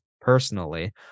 personally